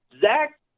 Zach